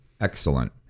Excellent